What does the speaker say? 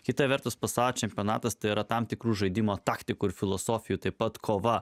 kita vertus pasaulio čempionatas tai yra tam tikrų žaidimo taktikos filosofijų taip pat kova